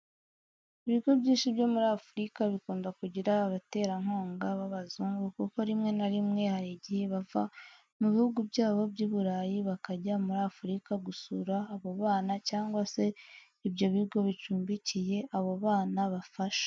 Ibigo byinshi byo muri Afurika bikunda kugira abatera nkunga b'abazungu kuko rimwe na rimwe hari igihe bava mu bihugu byabo by'iburayi bakajya muri Afurika gusura abo bana cyangwa se ibyo bigo bicumbikiye abo bana bafasha.